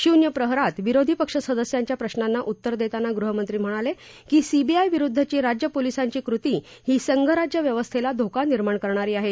शून्य प्रहरात विरोधी पक्ष सदस्यांच्या प्रश्नांना उत्तर देताना गृहमंत्री म्हणाले की सीबीआय विरुद्धची राज्य पोलिसांची कृती ही संघराज्य व्यवस्थेला धोका निर्माण करणारी आहे